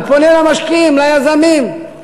אני פונה למשקיעים, ליזמים,